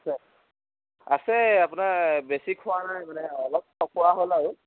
আছে আছে আপোনাৰ বেছি খোৱা নাই মানে অলপ খোৱা হ'ল আৰু